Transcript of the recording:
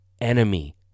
enemy